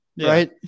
right